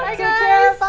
yeah guys.